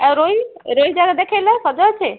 ଆଉ ରୋହି ରୋହି ଯାକ ଦେଖେଇଲ ସଜ ଅଛି